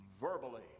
verbally